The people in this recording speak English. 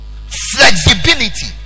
flexibility